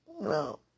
No